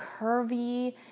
curvy